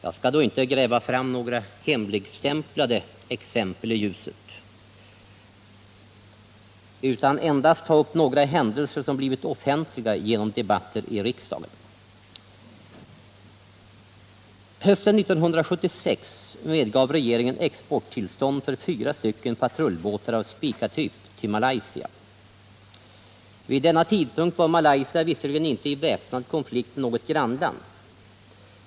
Jag skall då inte gräva fram några hemligstämplade exempel i ljuset, utan endast ta upp några händelser som blivit offentliga genom debatter i riksdagen. Hösten 1976 gav regeringen exporttillstånd för fyra patrullbåtar av Spica-typ till Malaysia. Vid denna tidpunkt var Malaysia visserligen inte i väpnad konflikt med något grannland.